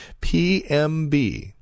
PMB